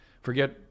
Forget